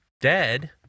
dead